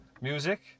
music